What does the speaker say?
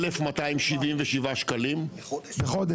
1,277 שקלים לשנה.